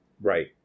right